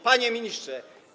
Panie Ministrze!